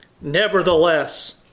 Nevertheless